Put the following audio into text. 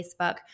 Facebook